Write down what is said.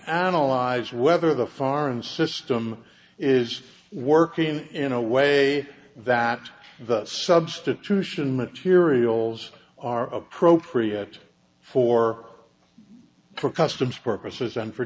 analyze whether the foreign system is working in a way that the substitution materials are appropriate for the customs purposes